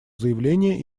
заявление